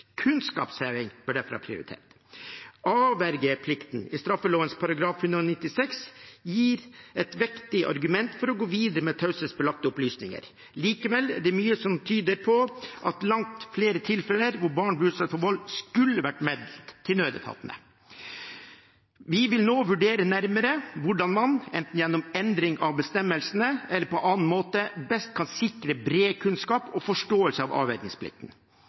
Kunnskapsheving bør derfor ha prioritert. Avvergingsplikten i straffeloven § 196 gir et vektig argument for å gå videre med taushetsbelagte opplysninger. Likevel er det mye som tyder på at langt flere tilfeller hvor barn blir utsatt for vold, skulle vært meldt til nødetatene. Vi vil nå vurdere nærmere hvordan man enten gjennom endring av bestemmelsene eller på annen måte best kan sikre bred kunnskap om og forståelse av